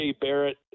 Barrett